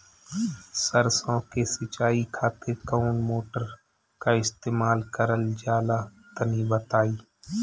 सरसो के सिंचाई खातिर कौन मोटर का इस्तेमाल करल जाला तनि बताई?